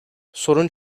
sorun